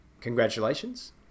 congratulations